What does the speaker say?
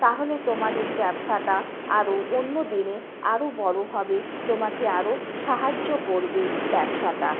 তাহলে তোমার এই ব্যবসাটা আরও অন্য দিনে আরও বড় হবে তোমাকে আরও সাহায্য করবে ব্যবসাটা